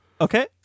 Okay